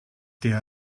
der